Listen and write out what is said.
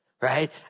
right